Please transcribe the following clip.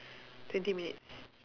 twenty minutes